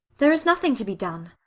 there is nothing to be done.